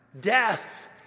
Death